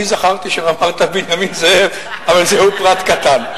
אני זכרתי שאמרת "בנימין זאב", אבל זהו פרט קטן.